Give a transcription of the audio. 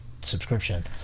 subscription